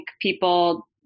people